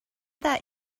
that